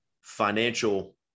financial